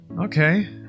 okay